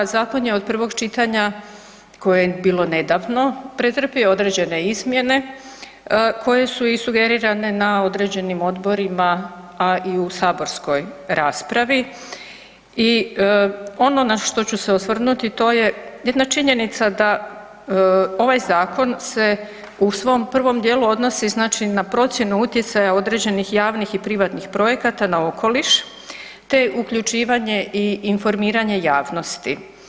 Zakon je od prvog čitanja koje je bilo nedavno, pretrpio određene izmjene koje su i sugerirane na određenim odborima, a i u saborskoj raspravi i ono na što ću se osvrnuti to je jedna činjenica da ovaj zakon se u svom prvom dijelu odnosi na procjenu utjecaja određenih javnih i privatnih projekata na okoliš te uključivanje i informiranje javnosti.